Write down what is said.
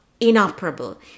inoperable